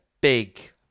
big